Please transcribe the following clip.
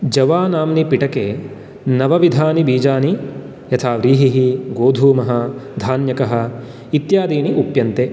जवा नाम्नि पिटके नवविधानि बीजानि यथा व्रीहिः गोधूमः धान्यकः इत्यादीनि उप्यन्ते